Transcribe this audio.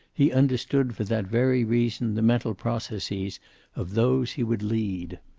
he understood for that very reason the mental processes of those he would lead.